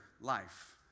life